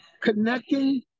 connecting